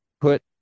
put